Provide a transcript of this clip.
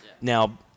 Now